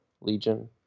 Legion